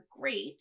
great